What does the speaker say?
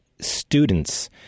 students